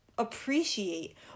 appreciate